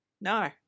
no